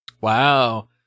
Wow